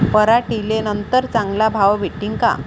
पराटीले नंतर चांगला भाव भेटीन का?